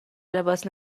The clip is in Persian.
لباس